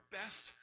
best